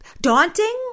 daunting